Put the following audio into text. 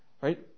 right